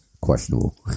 questionable